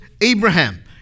Abraham